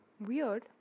weird